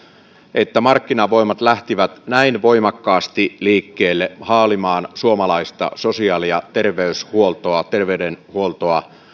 että markkinavoimat lähtivät näin voimakkaasti liikkeelle haalimaan suomalaista sosiaali ja terveydenhuoltoa terveydenhuoltoa